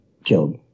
killed